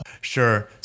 Sure